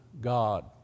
God